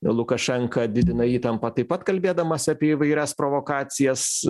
lukašenka didina įtampą taip pat kalbėdamas apie įvairias provokacijas